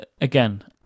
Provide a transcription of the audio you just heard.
again